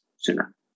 sooner